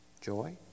joy